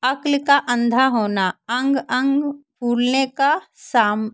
अक़्ल का अंधा होना अंग अंग फूलने का साम